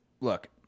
look